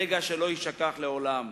רגע שלא יישכח לעולם.